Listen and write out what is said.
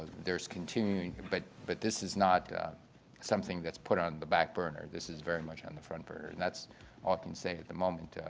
there's continuing but but this is not something that put on the back burner, this is very much on the front burner. and that's all i can say at the moment.